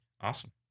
Awesome